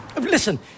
Listen